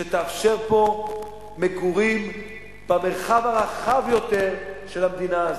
שתאפשר פה מגורים במרחב הרחב יותר של המדינה הזאת.